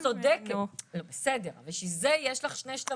את צודקת, בסדר, בשביל זה יש לך שני שלבים.